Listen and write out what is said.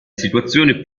situazioni